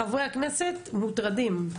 חברי הכנסת מוטרדים.